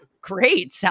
Great